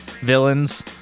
villains